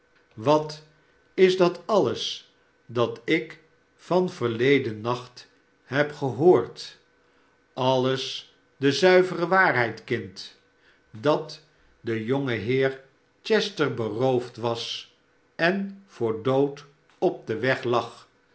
wat barnaby rudge is dat alles dat ik van verleden nacht heb gehoord alles de zuivere waarheid kind dat de jonge heer chester beroofd was en voor dood op den weg lag